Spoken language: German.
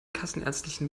kassenärztlichen